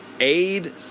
aid